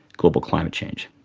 global climate change.